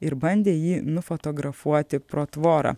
ir bandė jį nufotografuoti pro tvorą